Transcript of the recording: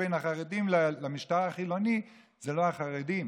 בין החרדים למשטר החילוני אלה לא החרדים.